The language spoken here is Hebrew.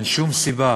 אין שום סיבה